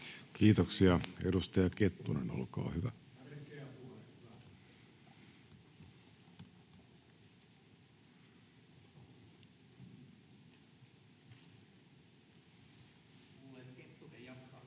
Kiitoksia. — Edustaja Kettunen, olkaa hyvä. [Timo